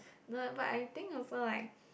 no eh but I think also like